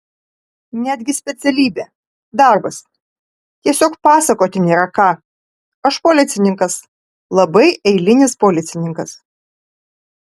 netgi specialybė darbas tiesiog pasakoti nėra ką aš policininkas labai eilinis policininkas